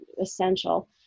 essential